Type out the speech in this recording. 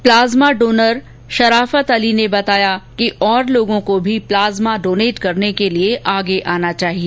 plasma donor Sharafat Ali ने बताया कि ओर लोगोँ को भी प्लाज्मा डोनेट करने के लिए आगे आना चाहिए